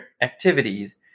activities